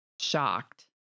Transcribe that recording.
shocked